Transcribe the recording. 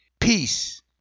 Peace